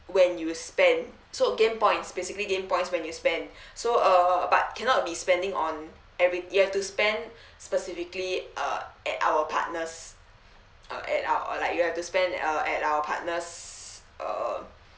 when you spend so gain points basically gain points when you spend so uh but cannot be spending on every you have to spend specifically uh at our partners uh at our uh like you have to spend uh at our partners uh